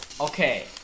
Okay